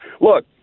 Look